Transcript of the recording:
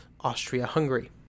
Austria-Hungary